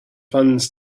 funds